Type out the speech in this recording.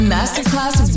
Masterclass